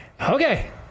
Okay